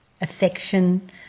affection